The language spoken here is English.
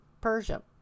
Persia